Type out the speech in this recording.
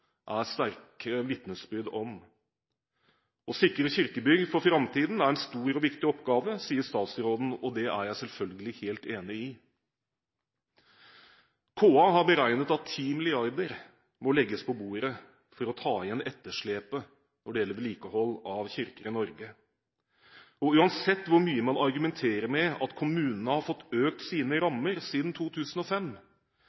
om. Å sikre kyrkjebygga for framtida er ei stor og viktig oppgåve.» Dette er jeg selvfølgelig helt enig i. KA har beregnet at 10 mrd. kr må legges på bordet for å ta igjen etterslepet når det gjelder vedlikehold av kirker i Norge. Uansett hvor mye man argumenterer med at kommunene har fått økt sine